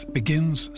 begins